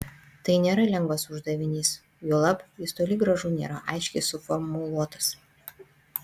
tai nėra lengvas uždavinys juolab jis toli gražu nėra aiškiai suformuluotas